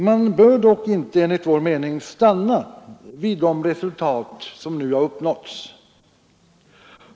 Man bör dock inte enligt vår mening stanna vid de resultat som nu uppnåtts.